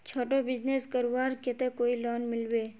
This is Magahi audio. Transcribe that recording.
छोटो बिजनेस करवार केते कोई लोन मिलबे?